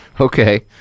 Okay